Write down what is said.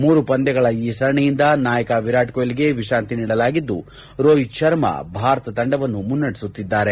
ಮೂರು ಪಂದ್ಯಗಳ ಈ ಸರಣಿಯಿಂದ ನಾಯಕ ವಿರಾಟ್ ಕೊಹ್ಡಿಗೆ ವಿಶ್ರಾಂತಿ ನೀಡಲಾಗಿದ್ದು ರೋಹಿತ್ ಶರ್ಮಾ ಭಾರತ ತಂಡವನ್ನು ಮುನ್ನಡೆಸುತ್ತಿದ್ದಾರೆ